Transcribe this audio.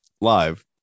live